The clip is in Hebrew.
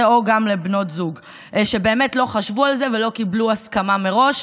או גם לבנות זוג שלא חשבו על זה ולא קיבלו הסכמה מראש.